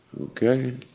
Okay